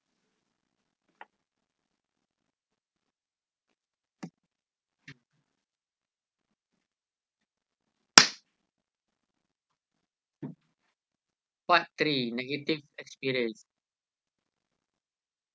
part three negative experience